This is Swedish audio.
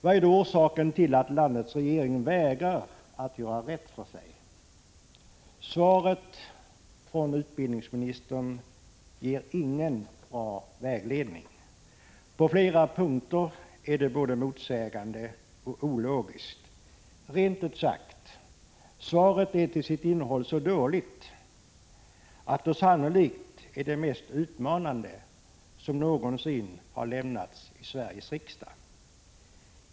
Vad är orsaken till att landets regering vägrar att göra rätt för sig? Svaret från utbildningsministern ger ingen bra vägledning. På flera punkter är det både motsägande och ologiskt. Rent ut sagt: Svaret är till sitt innehåll så dåligt att det sannolikt är det mest utmanande som någonsin har lämnats i Sveriges riksdag.